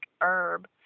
herb